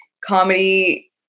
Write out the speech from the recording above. comedy